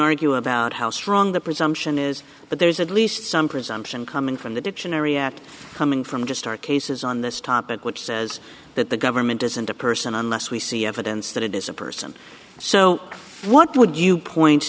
argue about how strong the presumption is but there's at least some presumption coming from the dictionary at coming from just our cases on this topic which says that the government isn't a person unless we see evidence that it is a person so what would you point